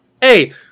Hey